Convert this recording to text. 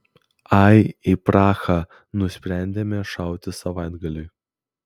ai į prahą nusprendėme šauti savaitgaliui